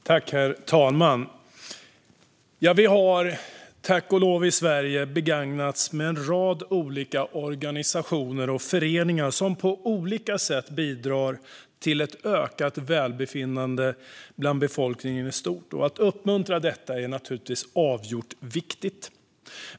Herr talman! Vi har, tack och lov, i Sverige en rad olika organisationer och föreningar som på olika sätt bidrar till ett ökat välbefinnande bland befolkningen i stort. Att uppmuntra detta är naturligtvis avgjort viktigt.